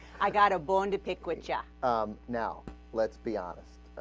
i got a bone to pick with jack um. now let's be honest